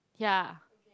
ya